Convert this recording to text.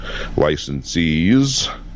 Licensees